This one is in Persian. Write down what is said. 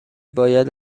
باید